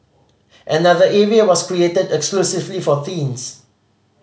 another area was created exclusively for teens